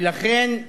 לכן,